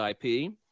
IP